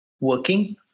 working